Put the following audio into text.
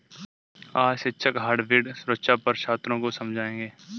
आज शिक्षक हाइब्रिड सुरक्षा पर छात्रों को समझाएँगे